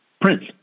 Prince